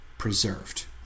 preserved